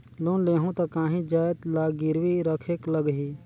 Loan लेहूं ता काहीं जाएत ला गिरवी रखेक लगही?